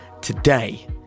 Today